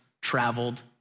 traveled